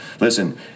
Listen